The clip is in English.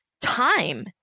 time